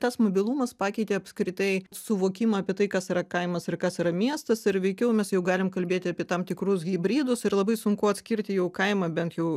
tas mobilumas pakeitė apskritai suvokimą apie tai kas yra kaimas ir kas yra miestas ir veikiau mes jau galim kalbėti apie tam tikrus hibridus ir labai sunku atskirti jau kaimą bent jau